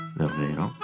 davvero